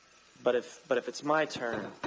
but if but if it's my turn.